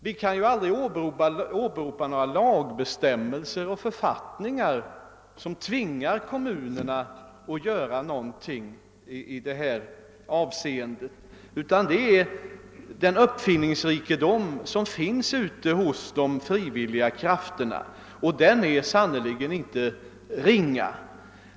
Vi kan aldrig åberopa några lagbestämmelser och författningar som tvingar kommunerna att göra någonting i detta avseende, utan vi får lita till den uppfinningsrikedom som finns hos de frivilliga krafterna, och den är sannerligen inte ringa.